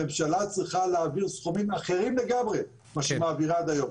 הממשלה צריכה להעביר סכומים אחרים לגמרי ממה שהיא מעבירה עד היום.